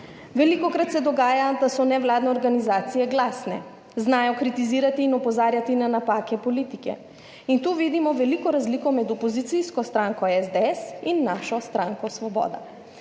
Velikokrat se dogaja, da so nevladne organizacije glasne, znajo kritizirati in opozarjati na napake politike, in tu vidimo veliko razliko med opozicijsko stranko SDS in našo stranko Svoboda.